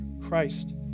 Christ